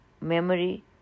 memory